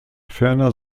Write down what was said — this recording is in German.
ferner